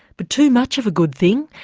but too much of a good thing,